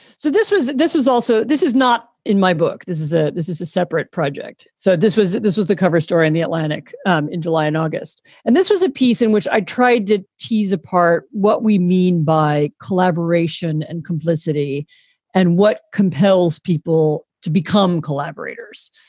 so this was this was also this is not in my book. this is ah this is a separate project. so this was this was the cover story in the atlantic um in july and august. and this was a piece in which i tried to tease apart what we mean by collaboration and complicity and what compels people to become collaborators.